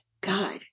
God